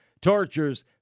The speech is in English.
tortures